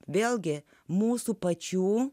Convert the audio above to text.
vėlgi mūsų pačių